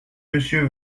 monsieur